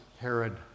Herod